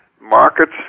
markets